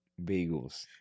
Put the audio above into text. bagels